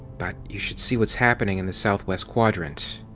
but you should see what's happening in the southwest quadrant.